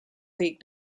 league